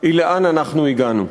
היא לאן אנחנו הגענו.